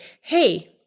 hey